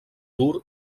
tours